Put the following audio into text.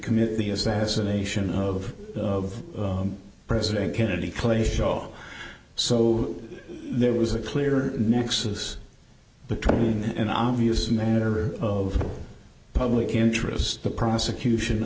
commit the assassination of of president kennedy clay shaw so there was a clear nexus between an obvious matter of public interest the prosecution